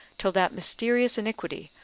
till that mysterious iniquity,